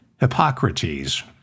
Hippocrates